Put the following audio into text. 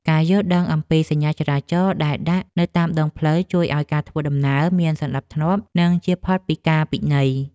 ការយល់ដឹងអំពីសញ្ញាចរាចរណ៍ដែលដាក់នៅតាមដងផ្លូវជួយឱ្យការធ្វើដំណើរមានសណ្ដាប់ធ្នាប់ និងជៀសផុតពីការពិន័យ។